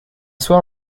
soir